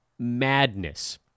madness